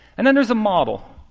and then there's a model.